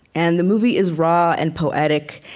and the movie is raw and poetic,